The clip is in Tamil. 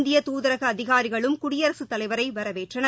இந்திய தூதரக அதிகாரிகளும் குடியரசுத் தலைவரை வரவேற்றனர்